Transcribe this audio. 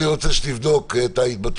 אז אני רוצה שתבדוק את ההתבטאויות שלך.